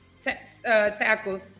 tackles